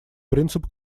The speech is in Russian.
принцип